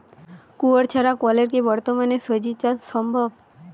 কুয়োর ছাড়া কলের কি বর্তমানে শ্বজিচাষ সম্ভব?